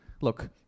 Look